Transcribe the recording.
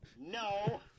no